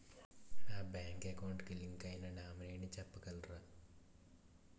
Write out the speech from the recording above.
నా bank account కి link అయినా నామినీ చెప్పగలరా?